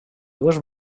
dues